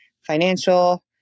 financial